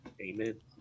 Amen